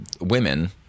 women